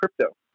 Crypto